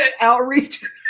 outreach